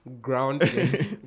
ground